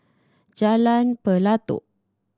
Jalan Pelatok